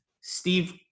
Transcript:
Steve